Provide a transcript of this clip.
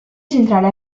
centrale